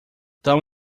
tão